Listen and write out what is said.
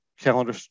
calendar